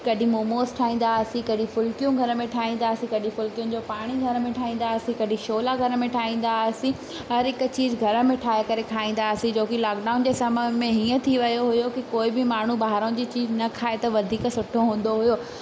कॾहिं मोमोस ठाहींदा हुआसीं कॾहिं फुल्कियूं घर में ठाहींदा हुआसीं कॾहिं फुलकिनि जो पाणी घर में ठाईंदा हुआसीं कॾी शोला घर में ठाईंदा हासि हर हिकु चीज घर में ठाहे करे खाईंदा हासि छोकी लॉकडाउन में समय में हीअं थी वियो हुओ की कोई बि माण्हू ॿाहिरां जी चीज न खाए त वधीक सुठो हूंदो हुओ